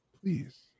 please